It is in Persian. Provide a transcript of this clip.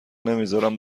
نمیزارم